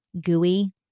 gooey